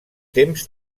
temps